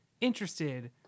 interested